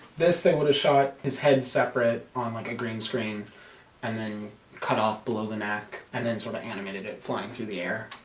this thing would have shot his head separate on like a green screen and then cut off below the neck and then sort of animated it flying through the air